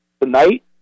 Tonight